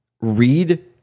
read